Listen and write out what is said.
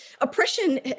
oppression